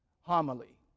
homily